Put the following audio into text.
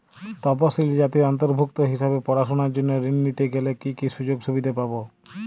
তফসিলি জাতির অন্তর্ভুক্ত হিসাবে পড়াশুনার জন্য ঋণ নিতে গেলে কী কী সুযোগ সুবিধে পাব?